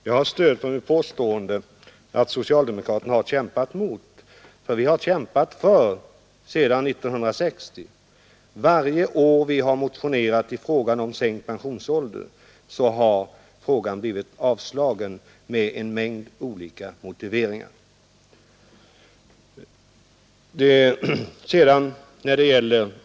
Herr talman! Jag har stöd för mitt påstående att socialdemokraterna har kämpat mot. Vi har kämpat för sedan 1960, och varje år då vi har motionerat om sänkt pensionsålder har vår motion avslagits med en mängd olika motiveringar.